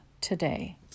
today